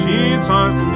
Jesus